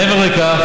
מעבר לכך,